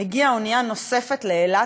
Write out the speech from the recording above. הגיעה אונייה נוספת לאילת,